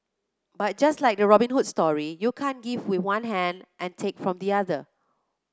but just like the Robin Hood story you can't give with one hand and take from the other